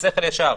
בשכל ישר,